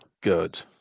good